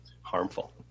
harmful